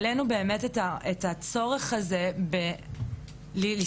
ובאמת משם להחליט אם זה פוגעני או לא.